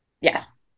Yes